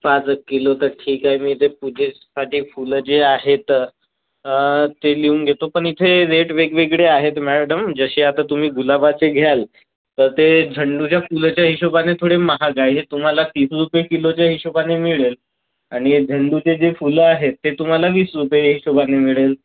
पाचक किलो तर ठीक आहे मी जे पूजेसाठी फुलं जे आहेत ते लिहून घेतो पण इथे रेट वेगवेगळे आहेत मॅडम जसे आता तुम्ही गुलाबाचे घ्याल तर ते झंडूच्या फुलाच्या हिशोबाने थोडे महाग आहे हे तुम्हाला तीस रुपये किलोच्या हिशोबाने मिळेल आणि झंडूचे जे फुलं आहेत ते तुम्हाला वीस रुपये हिशोबाने मिळेल